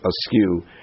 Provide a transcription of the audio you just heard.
askew